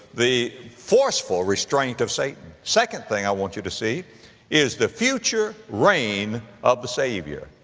the forceful restraint of satan. second thing i want you to see is the future reign of the savior,